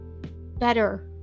better